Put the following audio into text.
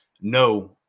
no